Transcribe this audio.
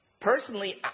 Personally